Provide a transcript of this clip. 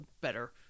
better